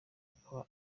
bakaba